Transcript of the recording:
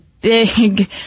big